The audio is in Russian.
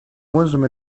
можем